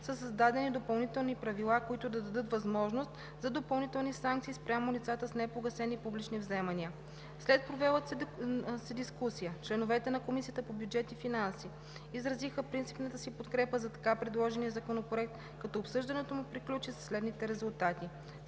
са създадени допълнителни правила, които да дадат възможност за допълнителни санкции спрямо лицата с непогасени публични вземания. След провелата се дискусия членовете на Комисията по бюджет и финанси изразиха принципната си подкрепа за така предложения законопроект, като обсъждането му приключи със следните резултати: